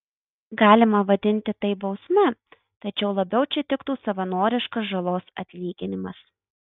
galima vadinti tai bausme tačiau labiau čia tiktų savanoriškas žalos atlyginimas